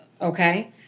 Okay